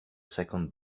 second